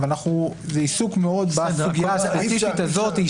אבל זה עיסוק בסוגיה הספציפית הזאת.